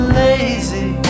lazy